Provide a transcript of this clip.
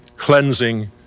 cleansing